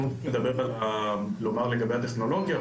אנחנו נאמר לגבי הטכנולוגיה,